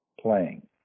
playing